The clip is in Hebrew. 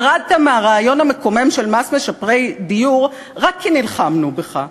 ירדת מהרעיון המקומם של מס משפרי דיור רק כי נלחמנו בך,